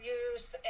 use